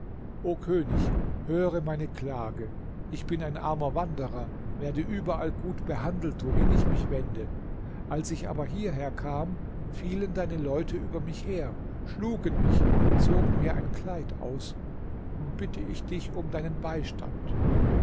o könig höre meine klage ich bin ein armer wanderer werde überall gut behandelt wohin ich mich wende als ich aber hierher kam fielen deine leute über mich her schlugen mich und zogen mir ein kleid aus nun bitte ich dich um deinen beistand